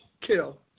kill